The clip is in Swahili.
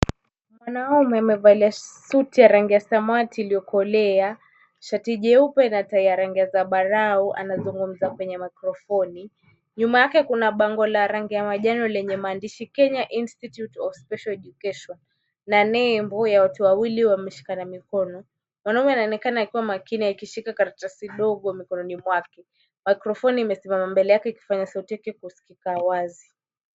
Mwanamme amevalia suti ya rangi ya samawati iliyokolea, shati jeupe na tai ya rangi ya zambarau, anazungumza kwenye maikrofoni, nyuma yake kuna bango la rangi ya manjano lenye maandishi kenya institute of special education na nembo ya watu wawili wameshikana mkono, mwanamume anaonekna akiwa makini akishika karatasi dogo mikono mwake, maikrofoni imesimama mbele yake kufanya sauti yake kuskika wazi.